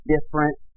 different